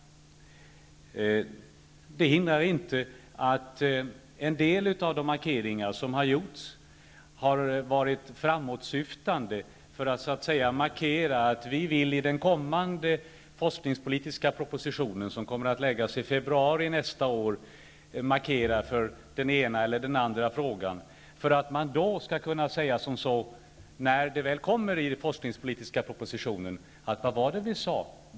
Det hindrar inte att en del av de markeringar som har gjorts har varit framåtsyftande för att så att säga markera för den ena eller den andra frågan och för att man, när den forskningspolitiska propositionen väl läggs fram i februari, skall kunna säga: Vad var det vi sade?